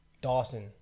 Dawson